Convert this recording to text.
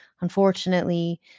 unfortunately